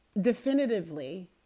definitively